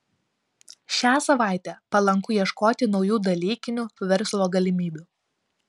šią savaitę palanku ieškoti naujų dalykinių verslo galimybių